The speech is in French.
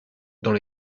dans